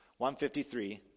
153